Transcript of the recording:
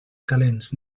calents